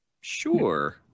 Sure